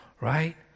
right